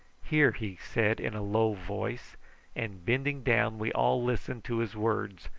here! he said in a low voice and bending down we all listened to his words,